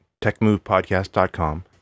techmovepodcast.com